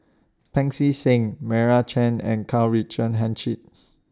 Pancy Seng Meira Chand and Karl Richard